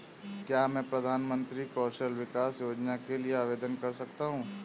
क्या मैं प्रधानमंत्री कौशल विकास योजना के लिए आवेदन कर सकता हूँ?